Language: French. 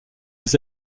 les